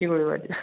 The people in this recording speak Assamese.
কি কৰিবা এতিয়া